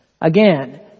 Again